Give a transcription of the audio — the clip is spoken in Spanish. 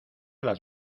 las